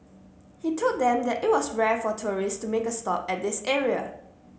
he told them that it was rare for tourists to make a stop at this area